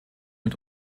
mit